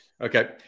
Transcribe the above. Okay